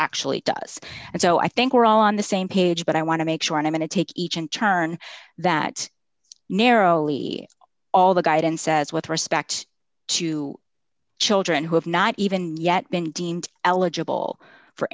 actually does and so i think we're all on the same page but i want to make sure i'm in a take each in turn that narrowly all the guidance says with respect to children who have not even yet been deemed eligible for